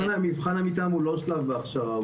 מבחן המתאם הוא לא שלב בהכשרה,